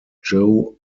joe